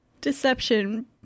Deception